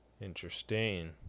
interesting